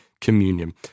communion